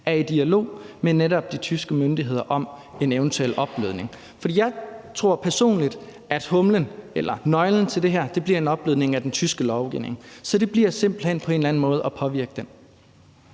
er i dialog med netop de tyske myndigheder om en eventuel opblødning. Jeg tror personligt, at nøglen til det her bliver en opblødning af den tyske lovgivning. Så det handler simpelt hen om på en eller anden måde at påvirke den.